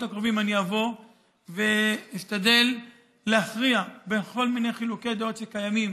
הקרובים אבוא ואשתדל להכריע בכל מיני חילוקי דעות שקיימים